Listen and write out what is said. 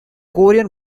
korean